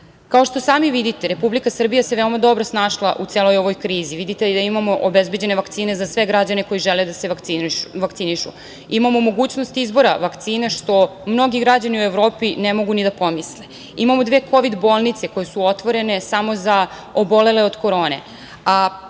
što sami vidite Republika Srbija se veoma dobro snašla u celoj ovoj krizi. Vidite da imamo obezbeđene vakcine za sve građane koji žele da se vakcinišu. Imamo mogućnost izbora vakcina što mnogi građani u Evropi ne mogu ni da pomisle. Imamo dve kovid bolnice koje su otvorene samo za obolele od korone,